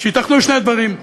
שייתכנו שני דברים: